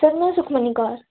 sir ਮੈਂ ਸੁਖਮਨੀ ਕੌਰ